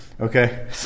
Okay